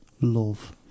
love